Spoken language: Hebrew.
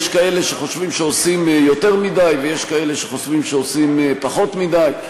יש כאלה שחושבים שעושים יותר מדי ויש כאלה שחושבים שעושים פחות מדי.